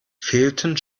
fehlten